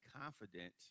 confident